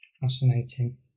Fascinating